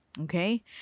okay